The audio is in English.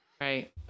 Right